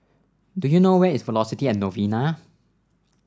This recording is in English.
do you know where is Velocity at Novena